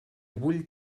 vull